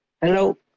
Hello